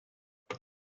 das